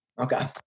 Okay